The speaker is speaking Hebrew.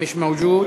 מֻש מַוג'וּד.